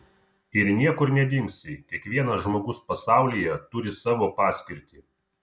ir niekur nedingsi kiekvienas žmogus pasaulyje turi savo paskirtį